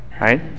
right